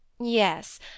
Yes